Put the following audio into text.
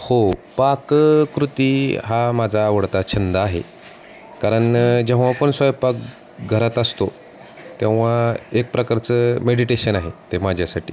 हो पाककृती हा माझा आवडता छंद आहे कारण जेव्हा आपण स्वयंपाकघरात असतो तेव्हा एक प्रकारचं मेडिटेशन आहे ते माझ्यासाठी